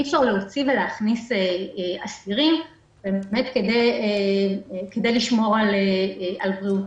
אי-אפשר להוציא ולהכניס אסירים כדי לשמור על בריאותם.